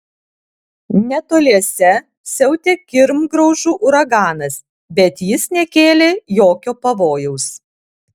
netoliese siautė kirmgraužų uraganas bet jis nekėlė jokio pavojaus